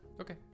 Okay